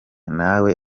nawe